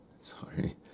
sorry